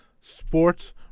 sports